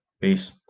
Peace